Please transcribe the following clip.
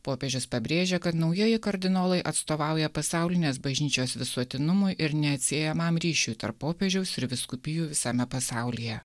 popiežius pabrėžia kad naujieji kardinolai atstovauja pasaulinės bažnyčios visuotinumui ir neatsiejamam ryšiui tarp popiežiaus ir vyskupijų visame pasaulyje